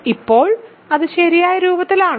ഇപ്പോൾ അത് ശരിയായ രൂപത്തിലാണോ